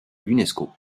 l’unesco